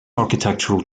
architectural